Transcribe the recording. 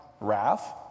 Wrath